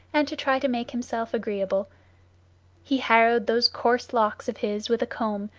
and to try to make himself agreeable he harrowed those coarse locks of his with a comb,